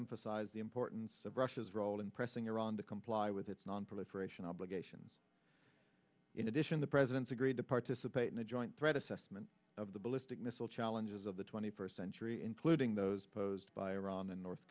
emphasized the importance of russia's role in pressing iran to comply with its nonproliferation obligations in addition the president's agreed to participate in a joint threat assessment of the ballistic missile challenges of the twenty first century including those posed by iran and north